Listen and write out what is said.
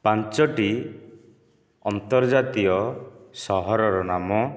ପାଞ୍ଚଟି ଅନ୍ତର୍ଜାତିୟ ସହରର ନାମ